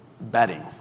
Betting